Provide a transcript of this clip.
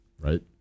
right